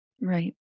Right